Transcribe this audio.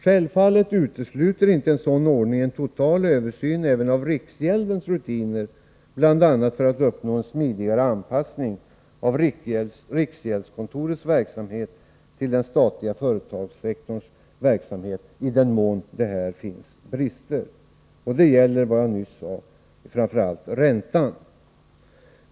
Självfallet utesluter inte en sådan ordning en total översyn även av riksgäldens rutiner, bl.a. för att uppnå en smidigare anpassning av riksgäldskontorets verksamhet till den statliga företagssektorns verksamhet i den mån det här finns brister. Det gäller, som jag nyss sade, framför allt räntan.